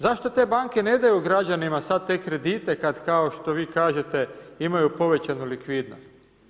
Zašto te banke ne daju građanima sad te kredite kad kao što vi kažete, imaju povećanu likvidnost?